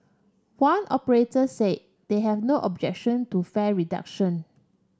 one operator said they have no objection to fare reduction